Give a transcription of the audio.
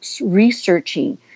researching